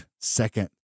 second